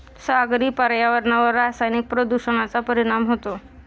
सागरी पर्यावरणावर रासायनिक प्रदूषणाचा परिणाम होतो